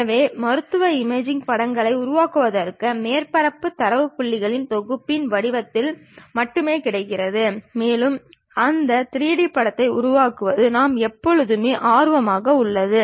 எனவே மருத்துவ இமேஜிங் படத்தை உருவாக்குவதற்கு மேற்பரப்பு தரவு தரவு புள்ளிகளின் தொகுப்பின் வடிவத்தில் மட்டுமே கிடைக்கிறது மேலும் அந்த 3D படத்தை உருவாக்குவது நாம் எப்போதுமே ஆர்வமாக உள்ளது